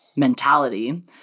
mentality